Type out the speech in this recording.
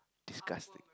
disgusting